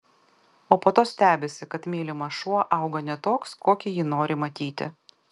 o po to stebisi kad mylimas šuo auga ne toks kokį jį nori matyti